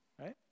right